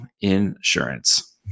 insurance